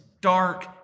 dark